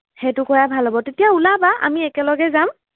সেইটো কৰাই ভাল হ'ব তেতিয়া ওলাবা আমি একেলগে যাম